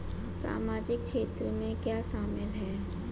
सामाजिक क्षेत्र में क्या शामिल है?